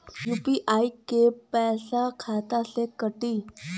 UPI क पैसा खाता से कटी?